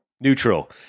Neutral